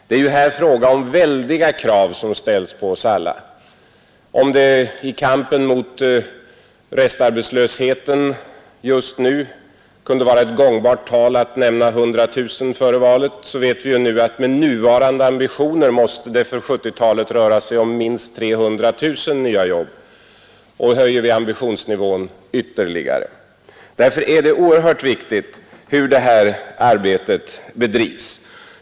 Det är här väldiga krav som ställs på oss alla. Om det i kampen mot den nuvarande restarbetslösheten kunde vara ett gångbart tal att nämna 100 000 nya jobb före valet, så vet vi nu att med hittillsvarande ambitioner måste det för 1970-talet röra sig om minst 300 000 nya jobb och vi kanske höjer ambitionsnivån ännu mer. Därför är det oerhört viktigt hur detta arbete bedrivs.